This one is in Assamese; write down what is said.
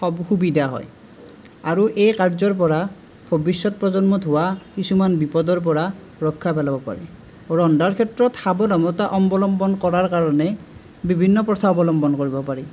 সুবিধা হয় আৰু এই কাৰ্যৰ পৰা ভৱিষ্যত প্ৰজন্মত হোৱা কিছুমান বিপদৰ পৰা ৰক্ষা পেলাব পাৰি ৰন্ধাৰ ক্ষেত্ৰত সাৱধানতা অৱলম্বন কৰাৰ কাৰণে বিভিন্ন প্ৰথা অৱলম্বন কৰিব পাৰি